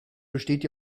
besteht